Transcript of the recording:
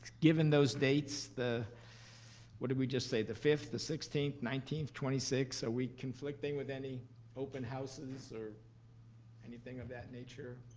given those dates, what did we just say? the fifth, the sixteenth, nineteenth, twenty sixth. are we conflicting with any open houses or anything of that nature,